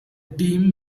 team